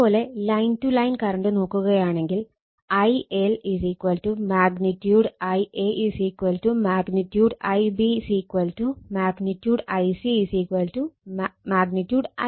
ഇതേ പോലെ line two line current നോക്കുകയാണെങ്കിൽ IL |Ia| |Ib| |Ic| |Ip|